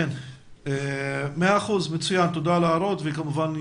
תודה רבה.